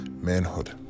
manhood